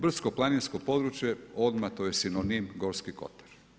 Brdsko-planinsko područje odmah to je sinonim Gorski kotar.